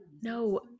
no